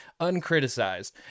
uncriticized